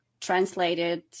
translated